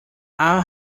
our